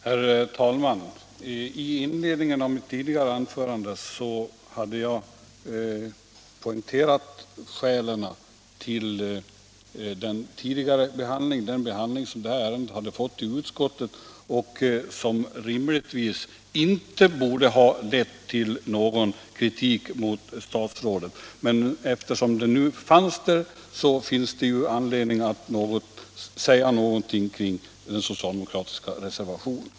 Herr talman! I inledningen av mitt tidigare anförande poängterade jag skälen till den behandling det här ärendet fått i utskottet — som rimligtvis inte borde ha lett till någon kritik mot statsrådet. Men eftersom kritik framställts finns det anledning till ytterligare några ord kring den socialdemokratiska reservationen.